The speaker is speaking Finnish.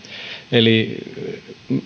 eli